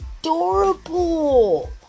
adorable